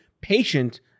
patient